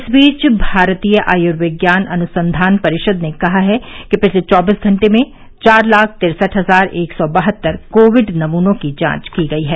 इस बीच भारतीय आयुर्विज्ञान अनुसंधान परिषद ने कहा है कि पिछले चौबीस घंटे में चार लाख तिरसठ हजार एक सौ बहत्तर कोविड नमूनों की जांच की गई है